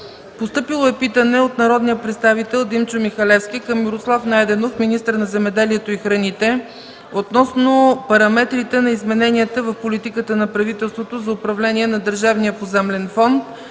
януари 2013 г.; - от народния представител Димчо Михалевски към Мирослав Найденов – министър на земеделието и храните, относно параметрите на измененията в политиката на правителството за управление държавния поземлен фонд